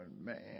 man